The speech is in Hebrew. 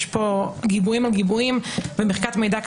יש פה גיבויים על גיבויים ומחיקת מידע היא